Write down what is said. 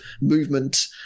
movement